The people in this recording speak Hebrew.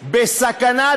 בסכנה.